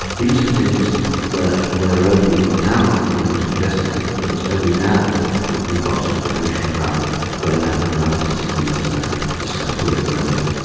these are things that we're only now beginning to investigate because only now have we got information about brain abnormalities in these dyscalculate learners.